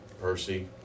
Percy